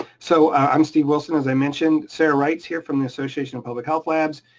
so i'm steve wilson, as i mentioned, sarah wright's here from the association of public health labs.